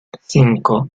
cinco